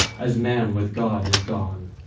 as man with god has gone,